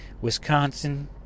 Wisconsin